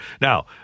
Now